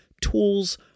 tools